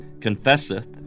confesseth